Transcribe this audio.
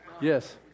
Yes